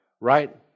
right